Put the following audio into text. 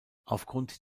aufgrund